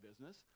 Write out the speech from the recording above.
business